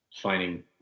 finding